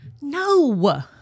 No